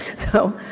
so,